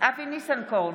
אבי ניסנקורן,